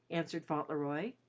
answered fauntleroy.